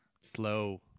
slow